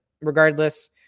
regardless